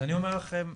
אז אני אומר לכם,